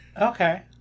Okay